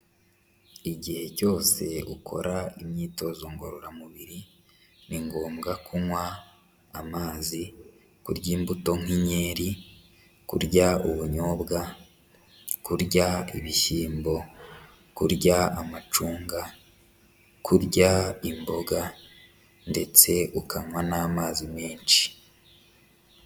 Igihe cyose ukora imyitozo ngororamubiri ni ngombwa kunywa amazi, kurya imbuto nk'inkeri, kurya ubunyobwa, kurya ibishyimbo, kurya amacunga, kurya imboga, ndetse ukanywa n'amazi menshi.